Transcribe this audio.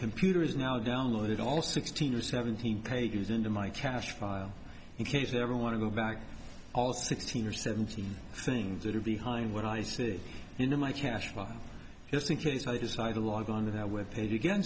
computer is now downloaded all sixteen or seventeen pages into my cache file in case they ever want to go back all sixteen or seventeen things that are behind what i see in my cache line just in case i decide to log onto their web page again